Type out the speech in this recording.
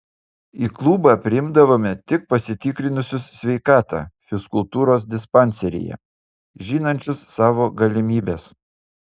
į klubą priimdavome tik pasitikrinusius sveikatą fizkultūros dispanseryje žinančius savo galimybes